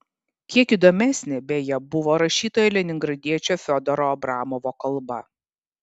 kiek įdomesnė beje buvo rašytojo leningradiečio fiodoro abramovo kalba